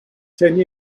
ten